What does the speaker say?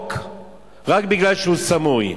לחוק רק כי הוא סמוי.